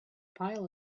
pile